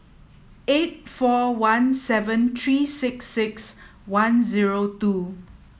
eight four one seven three six six one zero two